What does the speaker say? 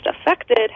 affected